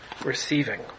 receiving